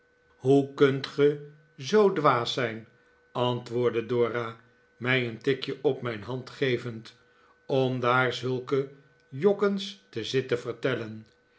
hoe kunt ge zoo dwaas zijn antwoordde dora mij een tikje op mijn hand gevend om daar zulke jokkens te zitten vertellen